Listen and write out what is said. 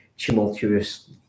tumultuous